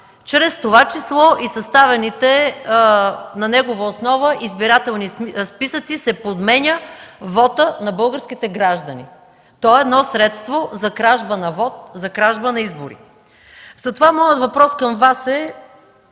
Чрез това число и съставените на негова основа избирателни списъци се подменя вотът на българските граждани. То е средство за кражба на вот, за кражба на избори. Моят въпрос към Вас е: